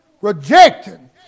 Rejecting